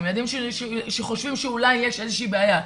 ועם ילדים שחושבים שאולי יש איזושהי בעיה,